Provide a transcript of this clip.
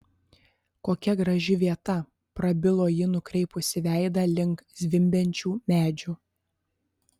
kokia graži vieta prabilo ji nukreipusi veidą link zvimbiančių medžių